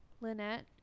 lynette